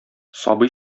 сабый